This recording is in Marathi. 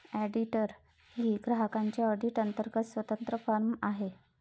ऑडिटर ही ग्राहकांच्या ऑडिट अंतर्गत स्वतंत्र फर्म आहे